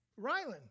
Rylan